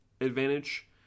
advantage